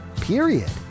period